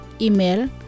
Email